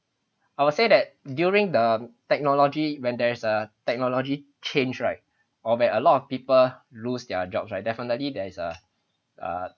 I would say that during the technology when there's a technology change right or where a lot of people lose their jobs right definitely there is a uh